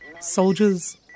soldiers